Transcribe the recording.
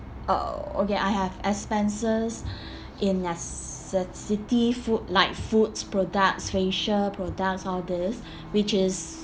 oh okay I have expenses in necessity food like foods products facial products all this which is